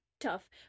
tough